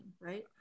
right